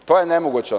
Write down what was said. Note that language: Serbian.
To je nemoguće.